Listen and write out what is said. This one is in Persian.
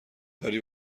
داری